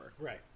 Right